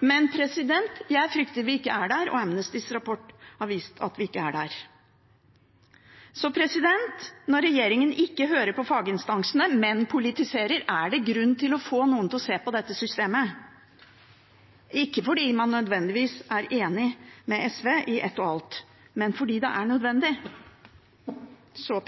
Men jeg frykter vi ikke er der, og Amnestys rapport har vist at vi ikke er der. Når regjeringen ikke hører på faginstansene, men politiserer, er det grunn til å få noen til å se på dette systemet – ikke fordi man nødvendigvis er enig med SV i ett og alt, men fordi det er nødvendig. Så